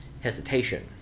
hesitation